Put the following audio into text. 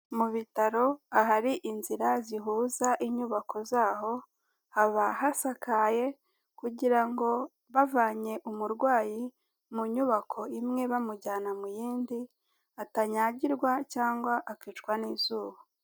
Mu bitaro ahari inzira zihuza inyubako zaho, haba hasakaye kugira ngo bavanye umurwayi mu nyubako imwe bamujyana mu yindi atanyagirwa cyangwa akicwa n'izuba.